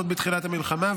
עוד בתחילת המלחמה,